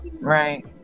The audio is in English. right